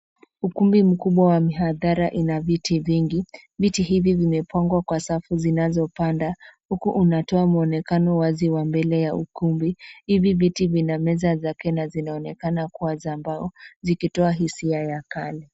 Ukumbi mkubwa wa mihadhara ina viti vingi . Viti hivi vimepangwa kwa safu zinazopanda huku unatoa mwonekano wazi wa mbele ya ukumbi. Hivi viti vina meza zake na zinaonekana kuwa ya mbao vikitoa hisia ya kali.